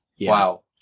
Wow